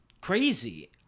crazy